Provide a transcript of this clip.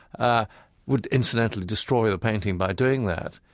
ah would, incidentally, destroy the painting by doing that,